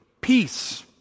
peace